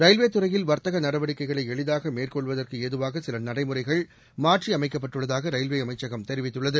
ரயில்வேத் துறையில் வர்த்தக நடவடிக்கைகளை எளிதாக மேற்கொள்வதற்கு ஏதுவாக சில நடைமுறைகள் மாற்றியமைக்கப்பட்டுள்ளதாக ரயில்வே அமைச்சகம் தெரிவித்துள்ளது